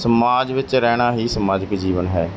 ਸਮਾਜ ਵਿੱਚ ਰਹਿਣਾ ਹੀ ਸਮਾਜਿਕ ਜੀਵਨ ਹੈ